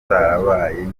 zarabaye